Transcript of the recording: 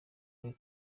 ari